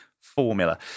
formula